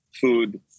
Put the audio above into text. food